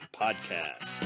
Podcast